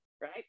right